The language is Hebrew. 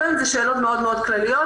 לפעמים זה שאלות מאוד מאוד כלליות,